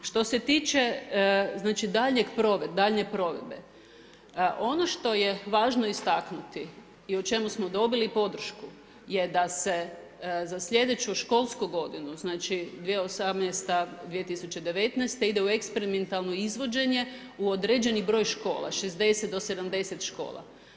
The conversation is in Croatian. Što se tiče znači daljnje provedbe, ono što je važno istaknuti i o čemu smo dobili podršku je da se za sljedeću školsku godinu, znači 2018., 2019. ide u eksperimentalno izvođenje u određeni broj škola, 60 do 80 škola.